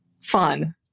fun